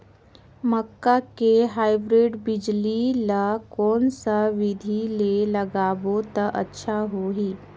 मक्का के हाईब्रिड बिजली ल कोन सा बिधी ले लगाबो त अच्छा होहि?